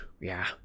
yeah